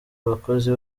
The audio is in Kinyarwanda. abakozi